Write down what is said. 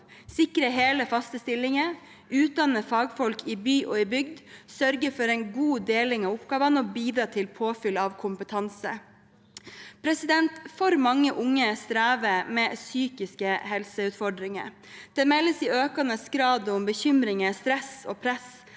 sikre hele, faste stillinger, utdanne fagfolk i by og i bygd, sørge for en god deling av oppgavene og bidra til påfyll av kompetanse. For mange unge strever med psykiske helseutfordringer. Det meldes i økende grad om bekymringer, stress og press